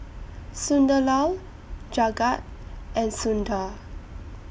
Sunderlal Jagat and Sundar